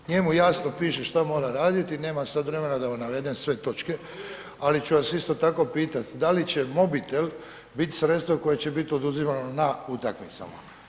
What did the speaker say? Njemu jasno piše šta mora raditi, nemam sad vremena da navedem sve točke ali ću vas isto tako pitat, da li će mobitel bit sredstvo koje će biti oduzimano na utakmicama?